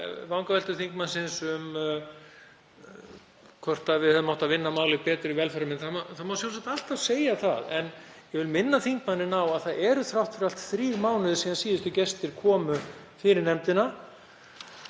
Varðandi vangaveltur þingmannsins um hvort við hefðum átt að vinna málið betur í velferðarnefnd þá má sjálfsagt alltaf segja það. En ég vil minna þingmanninn á að það eru þrátt fyrir allt þrír mánuðir síðan síðustu gestir komu fyrir nefndina.